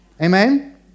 Amen